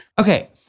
Okay